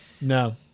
No